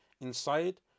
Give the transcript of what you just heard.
inside